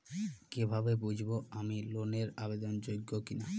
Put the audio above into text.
কীভাবে বুঝব আমি লোন এর আবেদন যোগ্য কিনা?